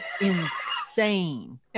insane